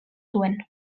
zuen